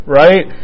right